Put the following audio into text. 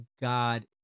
God